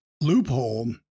loophole